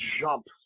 jumps